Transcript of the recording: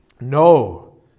No